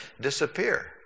disappear